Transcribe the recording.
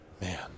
Man